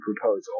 proposal